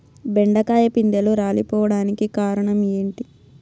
బెండకాయ పిందెలు రాలిపోవడానికి కారణం ఏంటి?